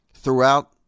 throughout